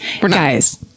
guys